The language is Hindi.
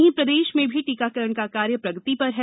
वही प्रदेश में भी टीकाकरण का कार्य प्रगति पर है